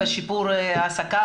בשיפור ההעסקה.